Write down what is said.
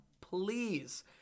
please